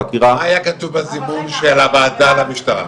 מה היה כתוב בזימון של הוועדה למשטרה?